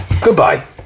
Goodbye